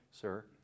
sir